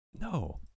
No